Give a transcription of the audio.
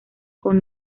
con